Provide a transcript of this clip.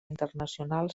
internacional